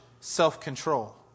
self-control